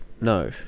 no